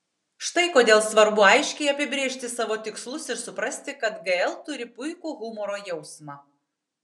štai kodėl svarbu aiškiai apibrėžti savo tikslus ir suprasti kad gl turi puikų humoro jausmą